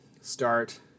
start